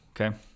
Okay